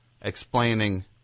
explaining